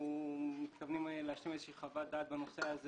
להשלים איזושהי חוות דעת בנושא הזה